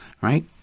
right